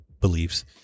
beliefs